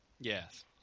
Yes